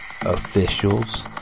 officials